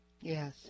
Yes